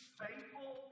faithful